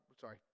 Sorry